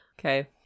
Okay